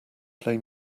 play